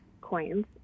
coins